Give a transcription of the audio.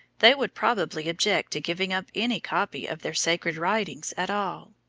they would probably object to giving up any copy of their sacred writings at all.